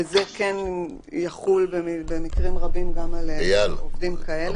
וזה כן יחול במקרים רבים על עובדים כאלה.